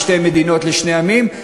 בשתי מדינות לשני עמים.